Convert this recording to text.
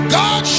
god